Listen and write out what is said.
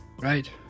Right